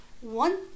One